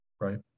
right